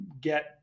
get